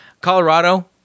Colorado